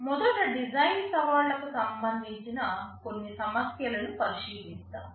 మొదట డిజైన్ సవాళ్లకు సంబంధించిన కొన్ని సమస్యలను పరిశీలిద్దాం